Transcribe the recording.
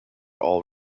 all